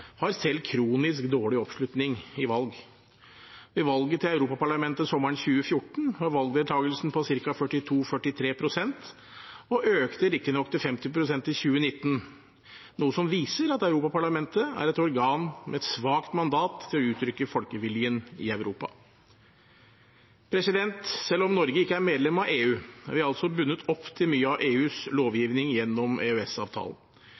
har selv kronisk dårlig oppslutning ved valg. Ved valget til Europaparlamentet sommeren 2014 var valgdeltagelsen på ca. 42–43 pst – den økte riktignok til 50 pst. i 2019 – noe som viser at Europaparlamentet er et organ med et svakt mandat til å uttrykke folkeviljen i Europa. Selv om Norge ikke er medlem av EU, er vi altså bundet opp til mye av EUs